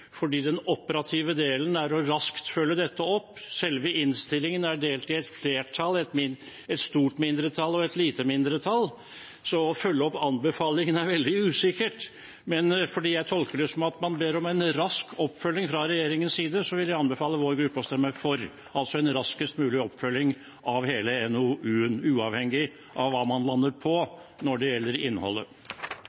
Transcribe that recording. fordi den operative delen er å raskt følge dette opp. Selve innstillingen er delt i et flertall, et stort mindretall og et lite mindretall. Så å følge opp anbefalingen er veldig usikkert. Fordi jeg tolker det som at man ber om en rask oppfølging fra regjeringens side, vil jeg anbefale vår gruppe å stemme for – altså for en raskest